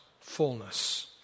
fullness